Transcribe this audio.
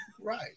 Right